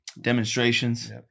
demonstrations